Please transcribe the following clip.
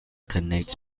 connects